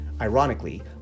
Ironically